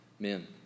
Men